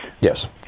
Yes